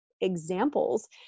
examples